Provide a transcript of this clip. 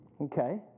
Okay